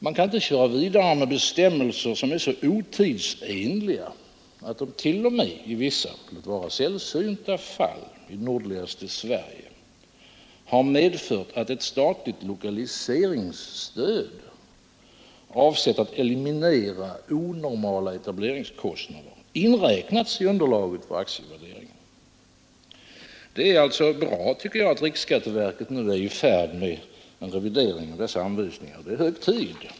Man kan inte köra vidare med bestämmelser som är så otidsenliga att de t.o.m. i vissa — låt vara sällsynta — fall i nordligaste Sverige har medfört att ett statligt lokaliseringsstöd, avsett att eliminera onormala etableringskostnader, inräknats i underlaget för aktievärderingen. Det är alltså bra, tycker jag, att riksskatteverket är i färd med en revidering av dessa anvisningar. Det är hög tid.